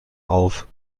auf